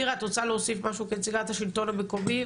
מירה את רוצה להוסיף משהו כנציגת השלטון המקומי,